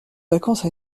vacances